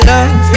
Love